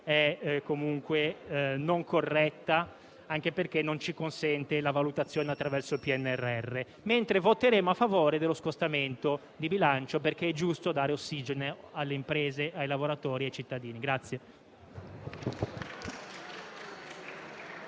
comunque non è corretta, anche perché non ci consente la valutazione attraverso il PNRR. Voteremo invece a favore dello scostamento di bilancio, perché è giusto dare ossigeno alle imprese, ai lavoratori e ai cittadini.